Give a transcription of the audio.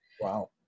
Wow